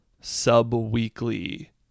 sub-weekly